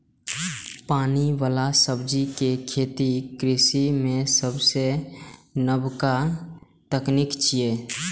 पानि बला सब्जी के खेती कृषि मे सबसं नबका तकनीक छियै